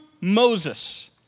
Moses